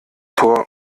tor